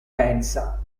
pensa